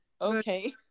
Okay